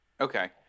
Okay